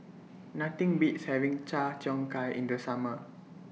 Nothing Beats having Char Cheong Gai in The Summer